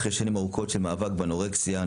אחרי שנים ארוכות של מאבק באנורקסיה,